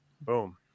boom